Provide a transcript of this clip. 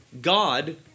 God